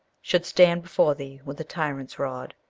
should stand before thee with a tyrant's rod,